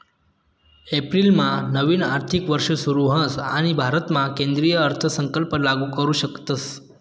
एप्रिलमा नवीन आर्थिक वर्ष सुरू होस आणि भारतामा केंद्रीय अर्थसंकल्प लागू करू शकतस